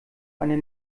eine